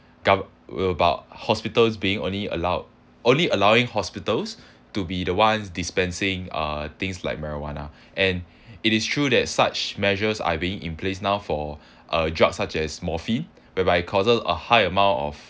gove~ well about hospitals being only allowed only allowing hospitals to be the ones dispensing uh things like marijuana and it is true that such measures are being in place now for uh drug such as morphine whereby it causes a high amount of